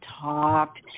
talked